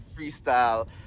freestyle